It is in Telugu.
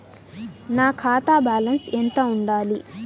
నా ఖాతా బ్యాలెన్స్ ఎంత ఉండాలి?